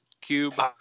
cube